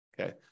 Okay